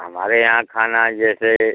हमारे यहाँ खाना जैसे